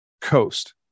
coast